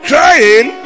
Crying